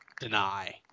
deny